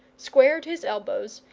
squared his elbows,